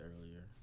earlier